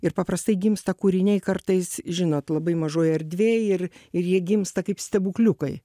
ir paprastai gimsta kūriniai kartais žinot labai mažoj erdvėj ir ir jie gimsta kaip stebukliukai